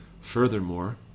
furthermore